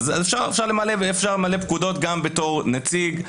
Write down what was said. אפשר למלא פקודות גם בתור נציג.